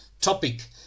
topic